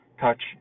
touch